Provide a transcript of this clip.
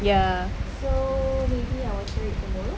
ya